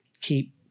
keep